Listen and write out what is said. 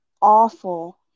awful